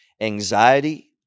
anxiety